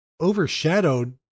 overshadowed